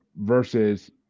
versus